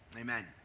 amen